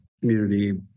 community